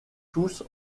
tous